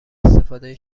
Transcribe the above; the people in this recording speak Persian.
استفاده